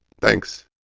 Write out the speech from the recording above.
Thanks